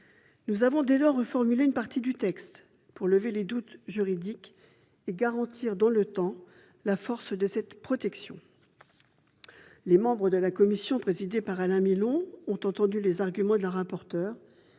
Nous avons reformulé une partie du texte pour lever les doutes juridiques et garantir dans le temps la force de cette protection. Les membres de la commission présidée par Alain Milon ont entendu les arguments de la rapporteure